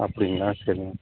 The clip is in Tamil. அப்படிங்களா சரிங்க